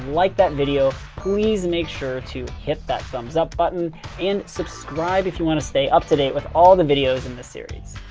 like that video, please make sure to hit that thumbs up button and subscribe, if you want to stay up to date with all the videos in this series.